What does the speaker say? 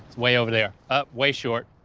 way over there, ah way short.